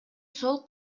сол